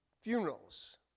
Funerals